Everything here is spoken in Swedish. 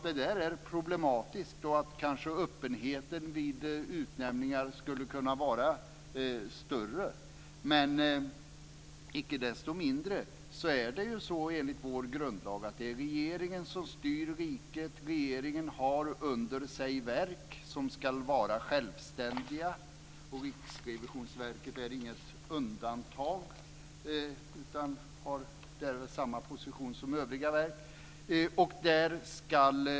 Det är problematiskt, och öppenheten vid utnämningar skulle kanske kunna vara större. Icke desto mindre är det, enligt vår grundlag, regeringen som styr riket. Regeringen har under sig verk som ska vara självständiga. Riksrevisionsverket är inget undantag, utan har samma position som övriga verk.